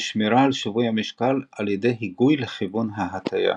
ושמירה על שיווי המשקל על ידי היגוי לכיוון ההטייה.